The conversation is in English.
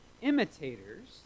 imitators